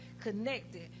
connected